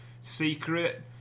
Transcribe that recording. secret